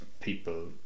people